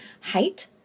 height